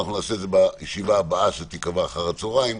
נעשה את זה בישיבה הבאה שתיקבע לאחר הצהריים.